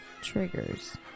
Triggers